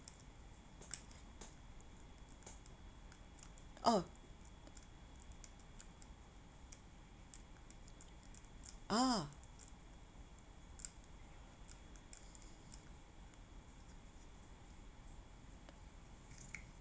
oh ah